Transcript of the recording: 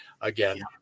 again